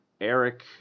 Eric